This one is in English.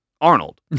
Arnold